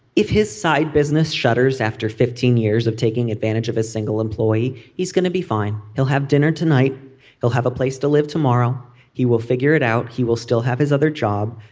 if his side business shutters after fifteen years of taking advantage of a single employee he's gonna be fine. he'll have dinner tonight he'll have a place to live tomorrow he will figure it out. he will still have his other job.